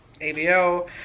ABO